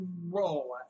roll